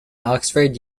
oxford